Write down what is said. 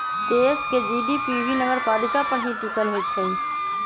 देश के जी.डी.पी भी नगरपालिका पर ही टिकल होई छई